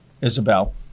Isabel